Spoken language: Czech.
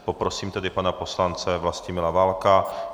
Poprosím pana poslance Vlastimila Válka.